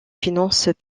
finances